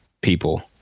people